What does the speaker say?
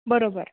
बरोबर